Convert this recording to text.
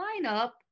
lineup